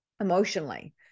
emotionally